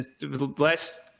Last